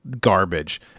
garbage